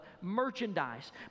merchandise